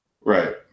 right